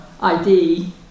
ID